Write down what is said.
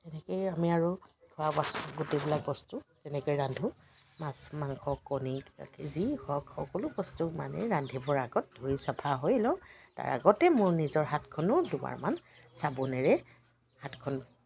তেনেকৈয়ে আমি আৰু খোৱা গোটেইবিলাক বস্তু তেনেকৈ ৰান্ধো মাছ মাংস কণী যি হওক সকলো বস্তু মানে ৰান্ধিবৰ আগত ধুই চাফা হৈ লওঁ তাৰ আগতেই মোৰ নিজৰ হাতখনো দুবাৰমান চাবোনেৰে হাতখন